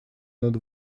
над